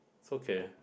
okay